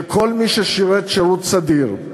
שכל מי ששירת שירות סדיר,